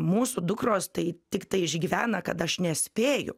mūsų dukros tai tiktai išgyvena kad aš nespėju